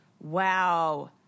Wow